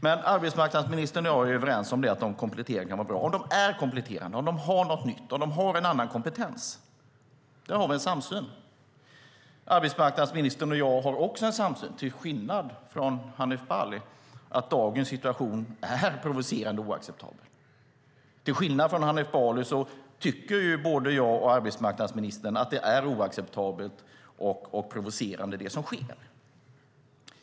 Men arbetsmarknadsministern och jag är överens om att kompletteringar kan vara bra om de är kompletterande, om de har något nytt och om de har en annan kompetens. Där har vi en samsyn. Arbetsmarknadsministern och jag har också en samsyn, till skillnad från Hanif Bali, om att dagens situation är provocerande oacceptabel. Till skillnad från Hanif Bali tycker både jag och arbetsmarknadsministern att det som sker är oacceptabelt och provocerande.